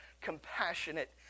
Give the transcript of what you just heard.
compassionate